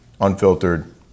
unfiltered